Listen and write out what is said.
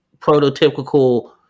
prototypical